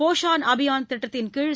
போஷான் அபியான் திட்டத்தின்கீழ்